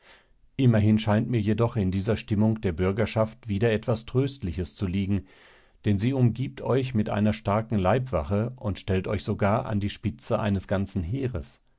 immerhin scheint mir jedoch in dieser stimmung der bürgerschaft wieder etwas tröstliches zu liegen denn sie umgibt euch mit einer starken leibwache und stellt euch sogar an die spitze eines ganzen heeres